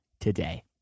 today